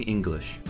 English